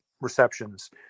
receptions